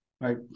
right